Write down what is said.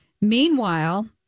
meanwhile